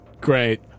Great